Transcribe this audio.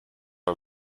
are